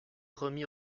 remis